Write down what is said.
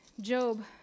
Job